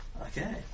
Okay